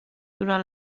durant